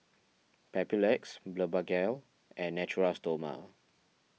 Papulex Blephagel and Natura Stoma